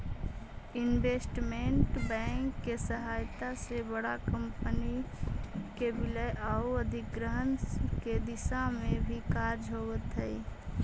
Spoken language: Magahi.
इन्वेस्टमेंट बैंक के सहायता से बड़ा कंपनी के विलय आउ अधिग्रहण के दिशा में भी कार्य होवऽ हइ